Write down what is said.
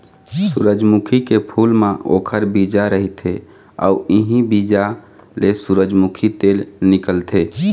सूरजमुखी के फूल म ओखर बीजा रहिथे अउ इहीं बीजा ले सूरजमूखी तेल निकलथे